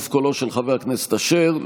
34 בצירוף קולו של חבר הכנסת אשר,